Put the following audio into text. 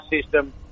system